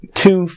two